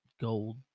gold